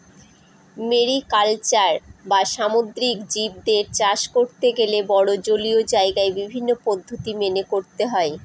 mariculture বা সামুদ্রিক জীবদের চাষ করতে গেলে বড়ো জলীয় জায়গায় বিভিন্ন পদ্ধতি মেনে করতে হয়